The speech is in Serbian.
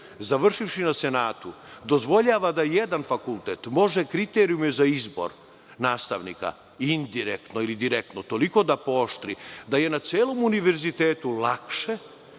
završivši na senatu, dozvoljava da jedan fakultet može kriterijume za izbor nastavnika, indirektno ili direktno, toliko da pooštri da je na celom univerzitetu lakše